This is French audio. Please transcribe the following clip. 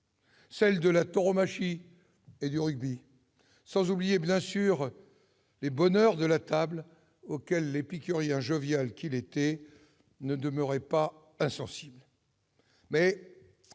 de la tauromachie et celle du rugby, sans oublier, bien sûr, les plaisirs de la table, auxquels l'épicurien jovial qu'il était ne demeurait pas insensible. Je